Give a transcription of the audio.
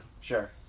Sure